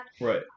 Right